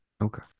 Okay